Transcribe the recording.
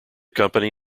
company